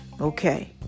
okay